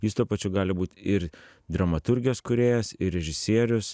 jis tuo pačiu gali būt ir dramaturgijos kūrėjas ir režisierius